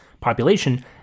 population